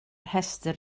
rhestr